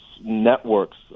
networks